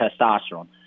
testosterone